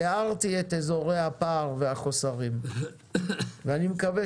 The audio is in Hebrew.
תיארתי את אזורי הפער והחסורים ואני מקווה